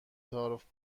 تعارف